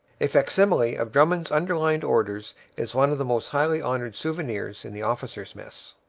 a facsimile of drummond's underlined order is one of the most highly honoured souvenirs in the officers' mess.